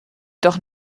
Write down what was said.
doch